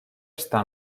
estar